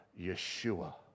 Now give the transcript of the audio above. Yeshua